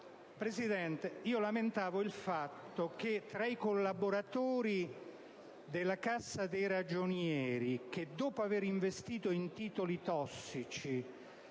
Presidente, io lamentavo il fatto che tra i collaboratori della Cassa nazionale dei ragionieri che, dopo aver investito in titoli tossici,